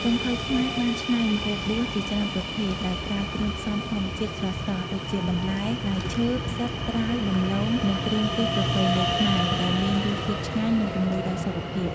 ចុងភៅខ្មែរបានច្នៃម្ហូបបួសជាច្រើនប្រភេទ ដោយប្រើគ្រឿងផ្សំធម្មជាតិស្រស់ៗ ដូចជា បន្លែ ផ្លែឈើ ផ្សិត ត្រាវ ដំឡូង និងគ្រឿងទេសប្រពៃណីខ្មែរ ដែលមានរសជាតិឆ្ងាញ់និងជំនួយដល់សុខភាព។